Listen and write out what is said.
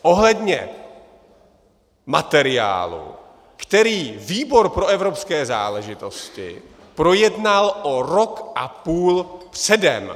Ohledně materiálu, který výbor pro evropské záležitosti projednal o rok a půl předem.